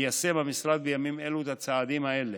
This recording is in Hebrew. מיישם המשרד בימים אלו את הצעדים האלה: